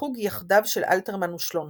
לחוג "יחדיו" של אלתרמן ושלונסקי.